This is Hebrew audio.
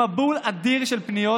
מונולוג זה לא בשבילי.